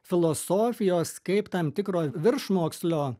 filosofijos kaip tam tikro viršmokslio